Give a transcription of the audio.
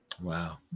Wow